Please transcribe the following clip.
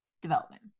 development